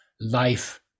life